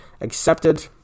accepted